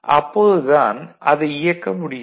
அப்போது தான் அதை இயக்க முடியும்